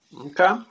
Okay